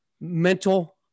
mental